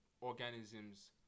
organisms